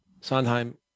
Sondheim